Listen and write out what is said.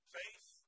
faith